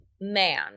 man